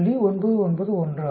991 ஆகும்